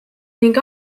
ning